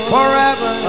Forever